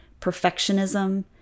perfectionism